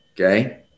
okay